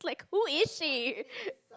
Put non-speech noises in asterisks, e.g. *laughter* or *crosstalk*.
like who is she *laughs*